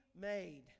made